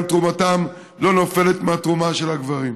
תרומתן לא נופלת מהתרומה של הגברים.